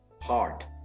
heart